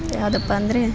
ಯಾವುದಪ್ಪ ಅಂದರೆ